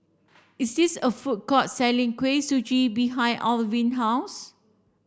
is this a food court selling Kuih Suji behind Alwin's house